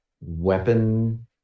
weapon